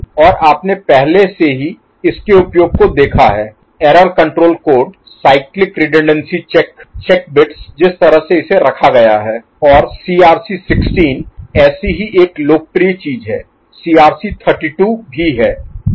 और आपने पहले से ही इसके उपयोग को देखा है error control code cyclic redundancy check check bits जिस तरह से इसे रखा गया है और सीआरसी 16 ऐसी ही एक लोकप्रिय चीज है सीआरसी 32 भी है